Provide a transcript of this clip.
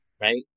right